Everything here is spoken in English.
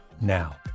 now